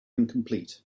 incomplete